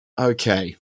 Okay